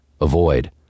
Avoid